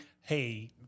hey